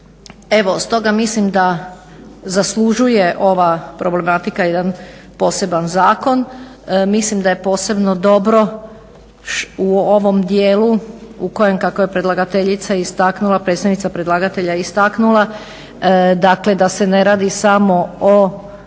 Evo, stoga mislim da zaslužuje ova problematika jedan poseban zakon. Mislim da je posebno dobro u ovom dijelu u kojem kako je predlagateljica istaknula, predstavnica predlagatelja je istaknula dakle da se ne radi samo o